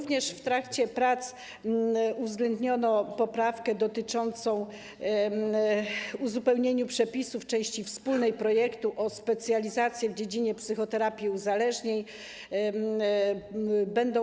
W trakcie prac uwzględniono także poprawkę dotyczącą uzupełnienia przepisów części wspólnej projektu o specjalizację w dziedzinie psychoterapii uzależnień.